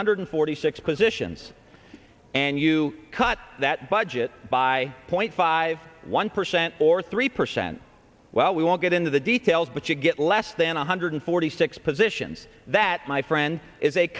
hundred forty six positions and you cut that budget by point five one percent or three percent well we won't get into the details but you get less than one hundred forty six positions that my friend i